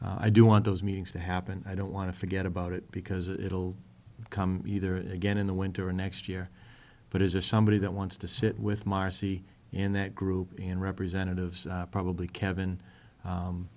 i do want those meetings to happen i don't want to forget about it because it'll come either again in the winter or next year but is there somebody that wants to sit with marcy in that group and representatives probably kevin